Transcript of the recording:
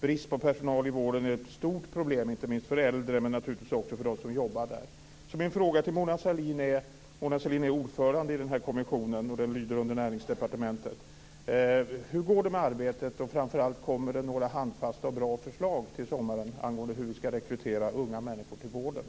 Brist på personal inom vården är ett stort problem inte minst för äldre men naturligtvis också för dem som jobbar där. Min fråga till Mona Sahlin som är ordförande i denna kommission som lyder under Näringsdepartementet är: Hur går det med arbetet och, framför allt, kommer det några handfasta och bra förslag till sommaren angående hur man skall rekrytera unga människor till vården?